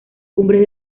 cumbres